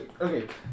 okay